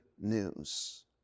news